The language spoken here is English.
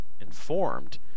informed